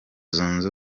zunze